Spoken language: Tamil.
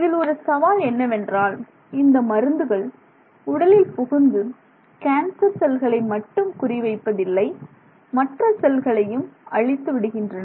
இதில் ஒரு சவால் என்னவென்றால் இந்த மருந்துகள் உடலில் புகுந்து கேன்சர் செல்களை மட்டும் குறி வைப்பதில்லை மற்ற செல்களையும் அழித்துவிடுகின்றன